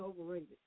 overrated